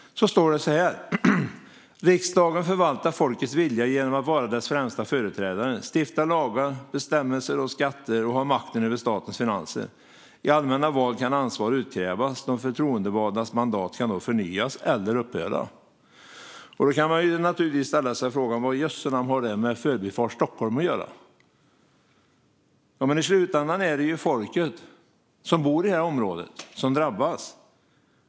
Det står så här: Riksdagen förvaltar folkets vilja genom att vara dess främsta företrädare. Den stiftar lagar, beslutar om bestämmelser och skatter och har makten över statens finanser. I allmänna val kan ansvar utkrävas. De förtroendevaldas mandat kan då förnyas eller upphöra. Man kan naturligtvis ställa sig frågan: Vad i jösse namn har det med Förbifart Stockholm att göra? Jo, i slutändan är det folket som bor i det här området som drabbas.